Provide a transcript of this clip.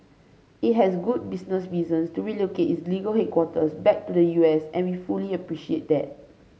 it has good business reasons to relocate its legal headquarters back to the U S and we fully appreciate that